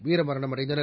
வீரமரணமடைந்தனர்